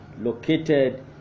located